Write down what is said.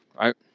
right